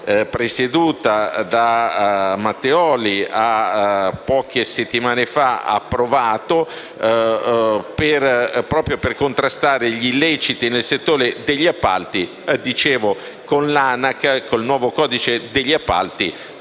presieduta dal senatore Matteoli, poche settimane fa ha approvato, proprio per contrastare gli illeciti nel settore degli appalti con l'ANAC. Con il nuovo codice degli appalti